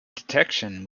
detection